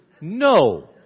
No